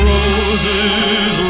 Roses